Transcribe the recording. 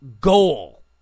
goal